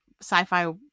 sci-fi